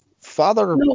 Father